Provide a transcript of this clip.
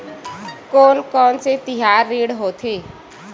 कोन कौन से तिहार ऋण होथे?